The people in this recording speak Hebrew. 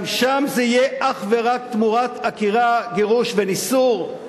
גם שם זה יהיה אך ורק תמורת עקירה, גירוש וניסור?